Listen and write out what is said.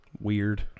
Weird